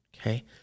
Okay